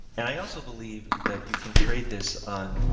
and i also believe that you can trade this on,